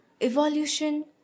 Evolution